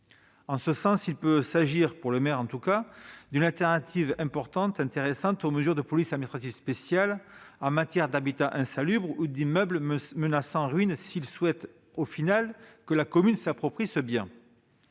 En ce sens, il peut s'agir pour le maire d'une alternative intéressante aux mesures de police administrative spéciale en matière d'habitat insalubre ou d'immeuble menaçant ruine, s'il souhaite que la commune s'approprie le bien.